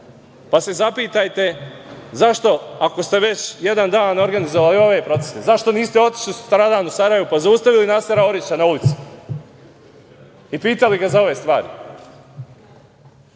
Pa se zapitajte zašto, ako ste već jedan dan organizovali ove proteste, zašto niste otišli sutradan u Sarajevo, pa zaustavili Nasera Orića na ulici i pitali ga za ove stvari. Ne.